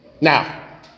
now